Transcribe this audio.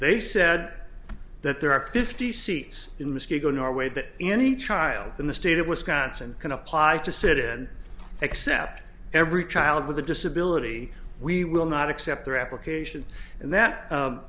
they said that there are fifty seats in muskegon norway that any child in the state of wisconsin can apply to sit in except every child with a disability we will not accept their application and that